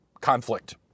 conflict